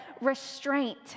restraint